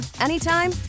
anytime